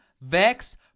vex